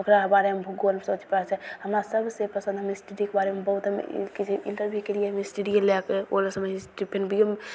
ओकरा बारेमे कोन सबचीज बात हइ हमरा सबसे पसन्द हम हिस्ट्रीके बारेमे बहुत हमे ई कि जे इन्टरव्यूके लिए हम हिस्ट्रिए लैके ऑनर्समे फेर बी ए मे